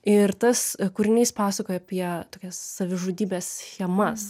ir tas kūrinys pasakoja apie tokias savižudybės schemas